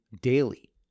daily